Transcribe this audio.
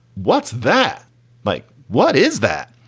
what's that like? what is that?